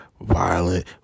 violent